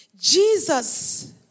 Jesus